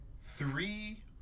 three